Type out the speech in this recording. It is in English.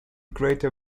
greater